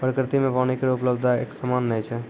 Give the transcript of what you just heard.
प्रकृति म पानी केरो उपलब्धता एकसमान नै छै